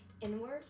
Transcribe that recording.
inward